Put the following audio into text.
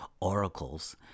oracles